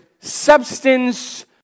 Substance